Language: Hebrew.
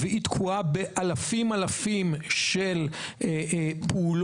היא תקועה באלפים אלפים של פעולות,